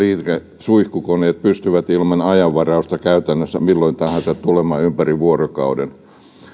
liikesuihkukoneet pystyvät ilman ajanvarausta käytännössä milloin tahansa tulemaan ympäri vuorokauden